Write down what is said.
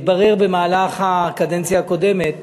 התברר בקדנציה הקודמת